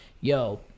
yo